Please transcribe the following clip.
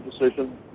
decision